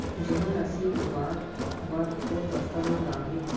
जेमा राशि उबार बर कोस दस्तावेज़ लागही?